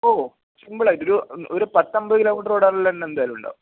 ഓ simple ആയിട്ട് ഒരു ഒരു പത്തൻപ്ത് കിലോമീറ്ററ് ഓടാനുള്ളത് എന്തായാലും ഉണ്ടാകും